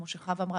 כמו שחוה אמרה,